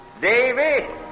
Davy